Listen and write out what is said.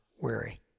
weary